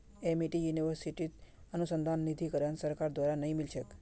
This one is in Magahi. एमिटी यूनिवर्सिटीत अनुसंधान निधीकरण सरकार द्वारा नइ मिल छेक